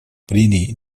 прений